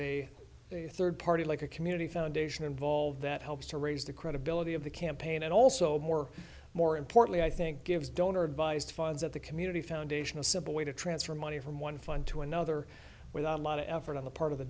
a third party like a community foundation involved that helps to raise the credibility of the campaign and also more more importantly i think gives donor advised funds at the community foundation a simple way to transfer money from one fund to another without a lot of effort on the part